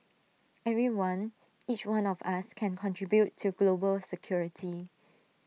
everyone each one of us can contribute to global security